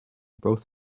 both